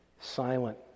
silent